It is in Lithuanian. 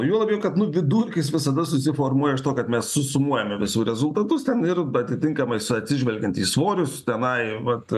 juo labiau kad nu vidurkis visada susiformuoja iš to kad mes susumuojame visų rezultatus ten ir atitinkamai su atsižvelgiant į svorius tenai vat